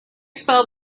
spell